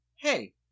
hey